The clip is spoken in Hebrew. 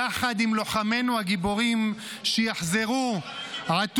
יחד עם לוחמינו הגיבורים שיחזרו -- איך אתה קשור ללוחמים גיבורים?